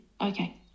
Okay